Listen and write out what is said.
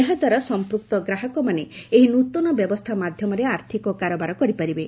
ଏହାଦ୍ୱାରା ସଂପୃକ୍ତ ଗ୍ରାହକମାନେ ଏହି ନ୍ତନ ବ୍ୟବସ୍ଥା ମାଧ୍ୟମରେ ଆର୍ଥିକ କାରବାର କରିପାରିବେ